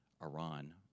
Iran